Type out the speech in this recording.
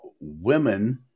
women